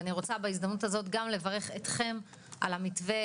אני רוצה בהזדמנות הזאת גם לברך אתכם על המתווה